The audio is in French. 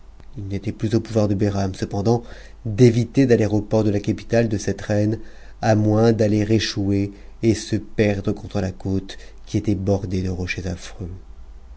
il n'était plus au pouvoir de behram cependant d'éviter d'aller au pori de la capitale de cette reine à moins d'aller échouer et se perdre contrf la côte qui était bordée de rochers affreux